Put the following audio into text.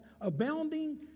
abounding